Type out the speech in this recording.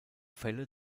fälle